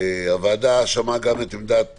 הועדה שמעה גם את עמדת